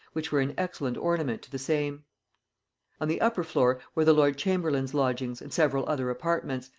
which were an excellent ornament to the same on the upper floor were the lord chamberlain's lodgings and several other apartments,